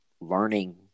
learning